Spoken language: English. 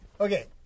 okay